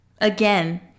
Again